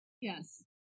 yes